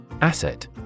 Asset